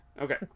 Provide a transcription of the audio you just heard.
Okay